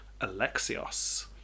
Alexios